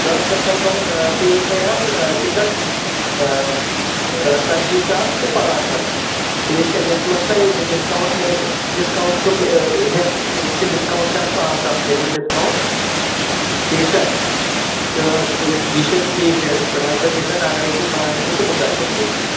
دَہ ستمبر آ پیٚوٕ تۅہہِ حظ ٹِکٹ آ ژتجی ساس تہٕ پانٛژھ ہَتھ ٹھیٖک چھا یتھ منٛز تۅہہِ ڈِسکاوٗنٛٹ میلہِ ڈِسکاوٗنٛٹ چھُ ہیٚتھ چھُ ڈِسکاوٗنٹ چھُ اتھ پانژٚ ساس کٔرۍمِتۍ ڈِسکاوٗنٛٹ ٹھیٖک چھا تہٕ یہِ چھُ ٹھیٖک ریٚٹس پیٚٹھ حظ تۅہہِ ٹِکٹ اگر ہے تُہۍ وَنان چھُو تہٕ بہٕ کرٕ تیٚلہِ بُک